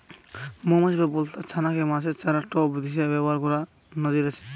মউমাছি বা বলতার ছানা কে মাছের চারা বা টোপ হিসাবে ব্যাভার কোরার নজির আছে